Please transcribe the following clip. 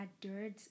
dirt